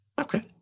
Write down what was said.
Okay